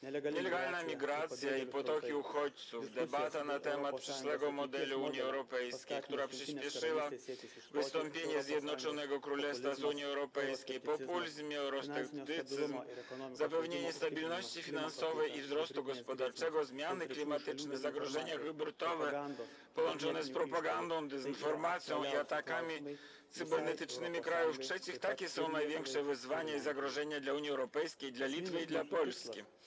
Nielegalna migracja i potoki uchodźców, debata na temat przyszłego modelu Unii Europejskiej, która przyspieszyła wystąpienie Zjednoczonego Królestwa z Unii Europejskiej, populizm i eurosceptycyzm, zapewnienie stabilności finansowej i wzrostu gospodarczego, zmiany klimatyczne, zagrożenia hybrydowe połączone z propagandą, dezinformacją i atakami cybernetycznymi krajów trzecich - to są największe wyzwania i zagrożenia dla Unii Europejskiej, Litwy i Polski.